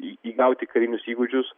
į įgauti karinius įgūdžius